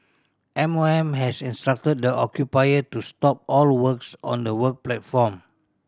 M O M has instructed the occupier to stop all works on the work platform